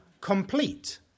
complete